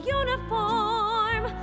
uniform